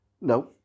No